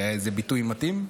זה ביטוי מתאים?